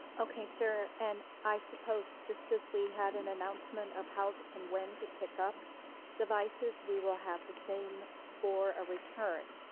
okay sir, and i suppose just as we had an announcement of how and when to pick up devices, we will have the same for a return,